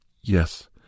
Yes